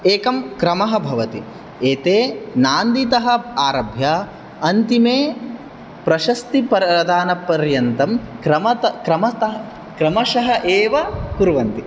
एकं क्रमः भवति एते नान्दीतः आरभ्य अन्तिमे प्रशस्तिप्रदानपर्यन्तं क्रमतः क्रमत क्रमशः एव कुर्वन्ति